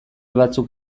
batzuk